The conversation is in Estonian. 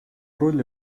rolli